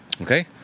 Okay